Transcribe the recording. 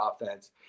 offense